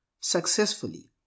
successfully